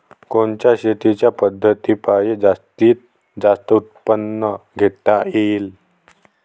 कोनच्या शेतीच्या पद्धतीपायी जास्तीत जास्त उत्पादन घेता येईल?